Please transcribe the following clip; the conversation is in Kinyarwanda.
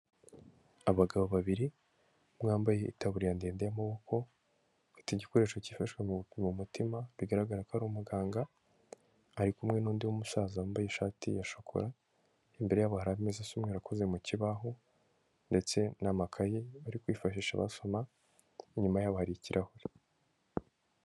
Abagabo babiri, umwe wambaye itabuririya ndende nkuko, afite igikoresho kifashishwa mu gupima umutima bigaragara ko ari umuganga, ari kumwe n'undi musaza wambaye ishati ya shokora, imbere yabo hari ameza asamwe akoze mu kibaho, ndetse n'amakaye, bari kwifashisha basoma, inyuma yabo hari ikirahure.